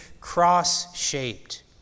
cross-shaped